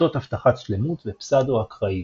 שיטות הבטחת שלמות ופסבדו-אקראיות.